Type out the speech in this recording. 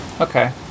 okay